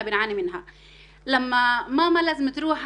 פאנל נכבד,